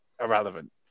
irrelevant